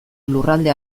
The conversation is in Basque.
lurralde